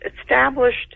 established